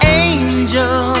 angel